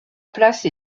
place